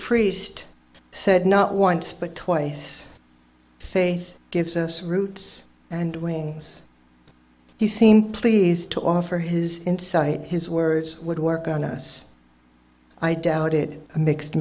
priest said not want but twice faith gives us roots and wings he seem pleased to offer his insight his words would work on us i doubt it a mixed